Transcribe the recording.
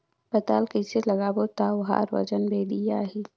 पातल कइसे लगाबो ता ओहार वजन बेडिया आही?